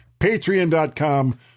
patreon.com